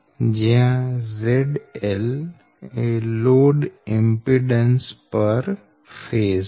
જયાં ZL load impedance પર phase છે